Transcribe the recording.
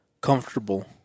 comfortable